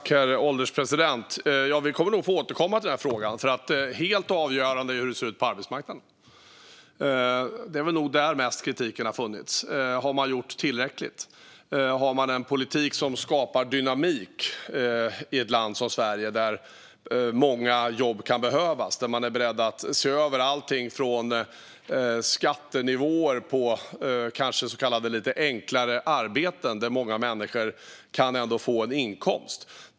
Herr ålderspresident! Vi kommer nog att få återkomma till denna fråga. Helt avgörande är det nämligen hur det ser ut på arbetsmarknaden. Det är nog där som det har funnits mest kritik. Har man gjort tillräckligt? Har man en politik som skapar dynamik i ett land som Sverige, där många jobb kan behövas och där man är beredd att se över till exempel skattenivåer på så kallade lite enklare arbeten som gör att många människor ändå kan få en inkomst?